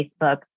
Facebook